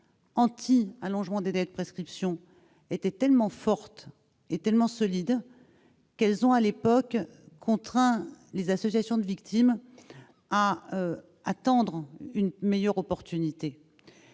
à l'allongement des délais de prescription étaient tellement vigoureuses et solides qu'elles ont, à l'époque, contraint les associations de victimes à attendre une meilleure occasion.